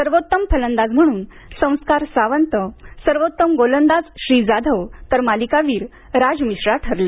सर्वोत्तम फलंदाज म्हणून संस्कार सावंत सर्वोत्तम गोलंदाज श्री जाधव तर मालिकावीर राज मिश्रा ठरले